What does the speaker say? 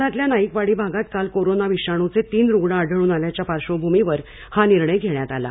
शहरातल्या नाईकवाडी भागात काल कोरोना विषाणूचे तीन रुग्ण आढळून आल्याच्या पार्श्वभूमीवर हा निर्णय घेण्यात आला आहे